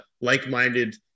like-minded